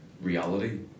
Reality